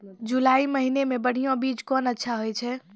जुलाई महीने मे बढ़िया बीज कौन अच्छा होय छै?